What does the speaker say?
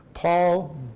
Paul